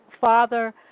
Father